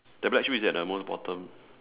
the black shoe is it at the most bottom